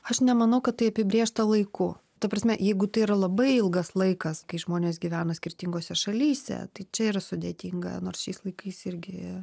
aš nemanau tai apibrėžta laiku ta prasme jeigu tai yra labai ilgas laikas kai žmonės gyvena skirtingose šalyse tai čia yra sudėtinga nors šiais laikais irgi